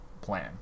plan